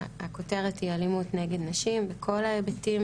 הכותרת היא אלימות נגד נשים בכל ההיבטים